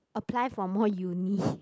apply for more uni